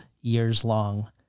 years-long